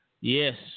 Yes